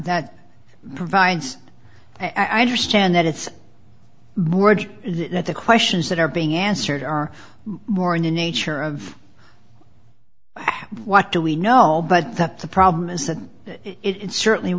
that provides i understand that it's more that the questions that are being answered are more in the nature of what do we know but that the problem is that it certainly